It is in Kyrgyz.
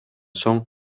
соң